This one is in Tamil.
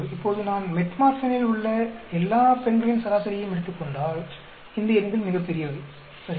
இப்போது நான் மெட்ஃபோர்மினில் உள்ள எல்லா பெண்களின் சராசரியையும் எடுத்துக் கொண்டால் இந்த எண்கள் மிகப் பெரியவை சரியா